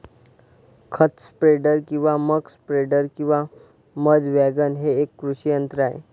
खत स्प्रेडर किंवा muck spreader किंवा मध वॅगन हे एक कृषी यंत्र आहे